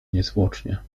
niezwłocznie